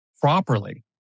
properly